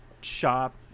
shop